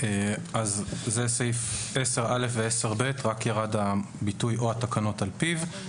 אז בסעיף 10א ו-10ב ירד הביטוי: "או התקנות על פיו".